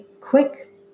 quick